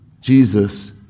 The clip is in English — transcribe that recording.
jesus